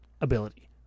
ability